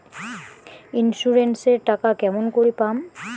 Insurance এর টাকা কেমন করি পাম?